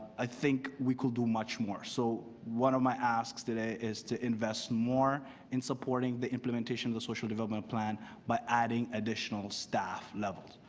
i think we could do much more. so one of my asks today is to invest more in supporting the implementation of the social development plan by adding additional staff level.